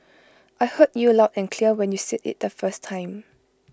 I heard you loud and clear when you said IT the first time